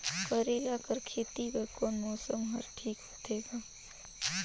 करेला कर खेती बर कोन मौसम हर ठीक होथे ग?